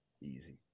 Easy